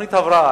תוכנית ההבראה.